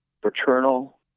paternal